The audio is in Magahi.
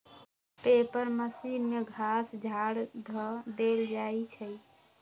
पेपर मशीन में घास झाड़ ध देल जाइ छइ